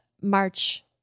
March